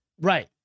Right